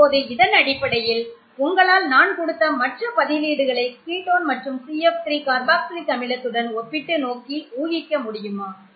இப்போது இதன் அடிப்படையில் உங்களால் நான் கொடுத்த மற்ற பதிலீடுகளை கீட்டோன் மற்றும் CF3 கார்பாக்சிலிக் அமிலத்துடன் ஒப்பிட்டு நோக்கி ஊகிக்க முடியுமா